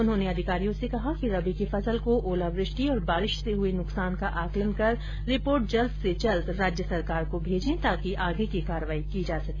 उन्होंने अधिकारियों से कहा कि रबी की फसल को ओलावृष्टि और बारिश से हए नुकसान का आंकलन कर रिपोर्ट जल्द से जल्द राज्य सरकार को भेजे ताकि आगे की कार्रवाई की जा सके